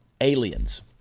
Aliens